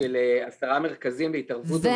של עשרה מרכזים להתערבות במשבר.